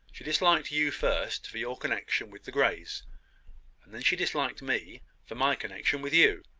she disliked you first for your connection with the greys and then she disliked me for my connection with you.